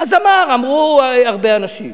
אז אמר, אמרו הרבה אנשים.